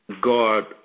God